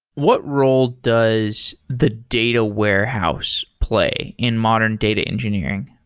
what role does the data warehouse play in modern data engineering?